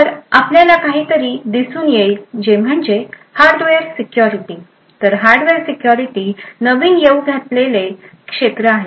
तर आपल्याला काहीतरी दिसून येईल जे म्हणजे हार्डवेअर सिक्युरिटी तर हार्डवेअर सिक्युरिटी नवीन येऊ घातलेले क्षेत्र आहे